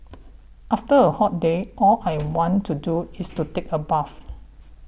after a hot day all I want to do is to take a bath